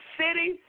city